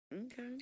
Okay